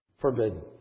forbidden